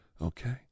Okay